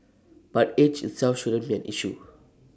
but age itself shouldn't be an issue